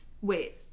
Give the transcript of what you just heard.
Wait